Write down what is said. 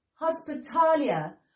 hospitalia